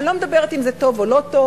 אני לא מדברת אם זה טוב או לא טוב.